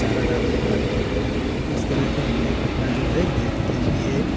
चारा डाल दे खाने लग जाए इस तरह के हमने एक घटना जो है देख देखी है